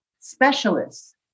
specialists